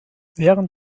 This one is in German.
während